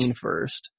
first